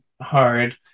hard